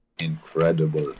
incredible